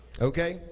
Okay